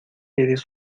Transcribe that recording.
eres